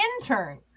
intern